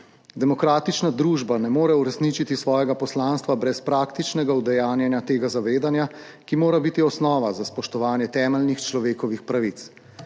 Demokratična družba ne more uresničiti svojega poslanstva brez praktičnega udejanjanja tega zavedanja, ki mora biti osnova za spoštovanje temeljnih človekovih pravic.